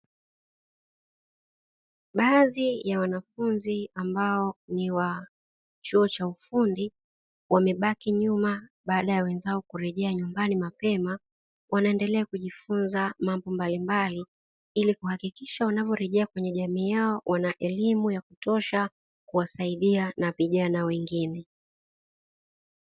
Baadhi ya wanafunzi ambao ni wa chuo cha ufundi wamebaki nyuma baada ya wenzao kurejea nyumbani mapema. Wanaendelea kujifunza mambo mbalimbali, ili kuhakikisha wanaporejea kwenye jamii yao wana elimu ya kutosha kuwasaidia na vijana wengine.